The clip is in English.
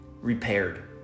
repaired